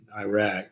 Iraq